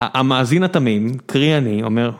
המאזין התמים, קרי, אני, אומר